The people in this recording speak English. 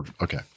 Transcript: Okay